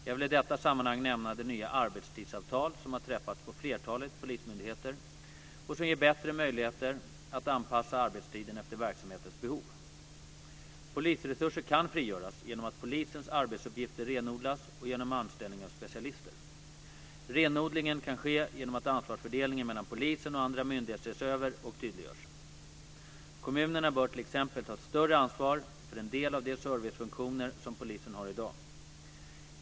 Jag vill i detta sammanhang nämna de nya arbetstidsavtal som har träffats på flertalet polismyndigheter och som ger bättre möjligheter att anpassa arbetstiden efter verksamhetens behov. Polisresurser kan frigöras genom att polisens arbetsuppgifter renodlas och genom anställning av specialister. Renodlingen kan ske genom att ansvarsfördelningen mellan polisen och andra myndigheter ses över och tydliggörs. Kommunerna bör t.ex. ta ett större ansvar för en del av de servicefunktioner som polisen har i dag.